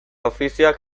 ofizioak